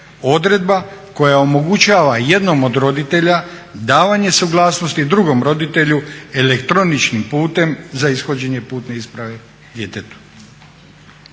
odredba koja omogućava jednom od roditelja davanje suglasnosti drugom roditelju elektroničnim putem za ishođenje putne isprave djetetu.